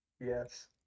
Yes